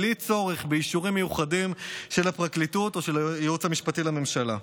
בלי צורך באישורים מיוחדים של הפרקליטות או של היועץ המשפטי לממשלה.